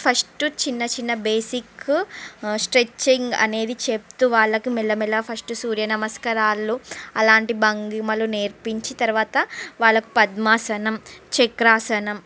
first చిన్న చిన్న basic stretching అనేవి చెప్తు వాళ్ళకు మెల్ల మెల్లగా ఫస్ట్ సూర్య నమస్కారాలు అలాంటి భంగిమలు నేర్పించి తరువాత వాళ్ళకు పద్మాసనం చక్రాసనం